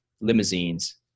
limousines